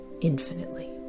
infinitely